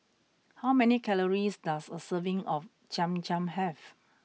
how many calories does a serving of Cham Cham have